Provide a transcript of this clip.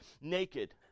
naked